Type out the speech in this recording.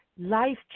life